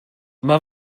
mae